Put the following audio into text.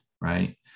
right